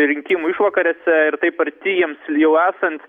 rinkimų išvakarėse ir taip arti jiems jau esant